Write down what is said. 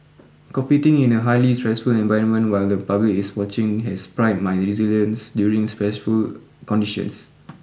competing in a highly stressful environment while the public is watching has primed my resilience during stressful conditions